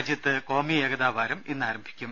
രാജ്യത്ത് കോമി ഏകതാ വാരം ഇന്ന് ആരംഭിക്കും